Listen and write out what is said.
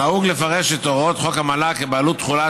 נהוג לפרש את הוראות חוק המל"ג כבעלות תחולה